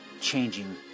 changing